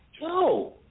No